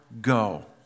go